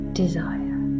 desire